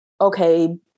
okay